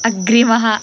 अग्रिमः